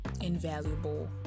invaluable